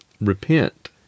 repent